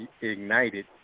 ignited